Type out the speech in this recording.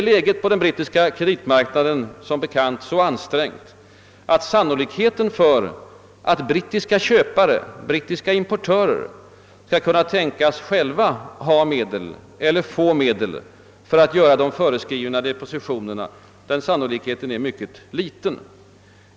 Läget på den brittiska kreditmarknaden är som bekant så ansträngt att sannolikheten för att brittiska importörer skall kunna tänkas själva ha eller få medel för att göra de föreskrivna depositionerna är mycket liten.